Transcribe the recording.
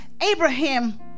Abraham